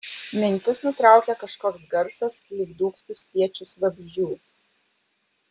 mintis nutraukė kažkoks garsas lyg dūgztų spiečius vabzdžių